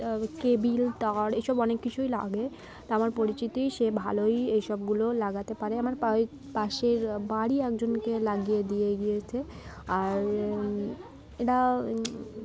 cable tower এইসব অনেক কিছুই লাগে তা আমার পরিচিতি সে ভালোই এইসবগুলো লাগাতে পারে আমার পা পাশের বাড়ি একজনকে লাগিয়ে দিয়ে গিয়েছে আর এরা